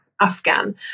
Afghan